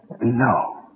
No